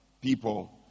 people